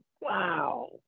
Wow